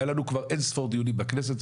היה לנו כבר אין ספור דיונים בכנסת,